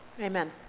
Amen